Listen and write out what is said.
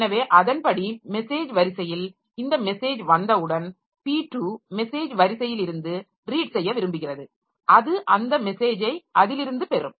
எனவே அதன்படி மெசேஜ் வரிசையில் இந்த மெசேஜ் வந்தவுடன்p2 மெசேஜ் வரிசையிலிருந்து ரீட் செய்ய விரும்புகிறது அது அந்த மெசேஜை அதில் இருந்து பெறும்